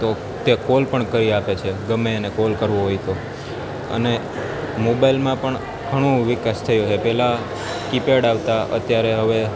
તો તે કોલ પણ કરી આપે છે ગમે તેને કોલ કરવો હોય તો અને મોબાઇલમાં પણ ઘણો વિકાસ થયો છે પહેલા કીપેડ આવતા અત્યારે હવે